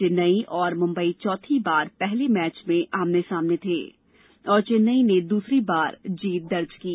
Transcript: चेन्नई और मुंबई चौथी बार पहले मैच में आमने सामने थे और चेन्नई ने दूसरी बार जीत दर्ज की है